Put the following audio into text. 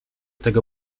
tego